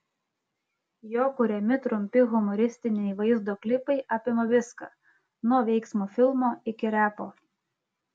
jo kuriami trumpi humoristiniai vaizdo klipai apima viską nuo veiksmo filmo iki repo